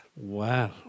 Wow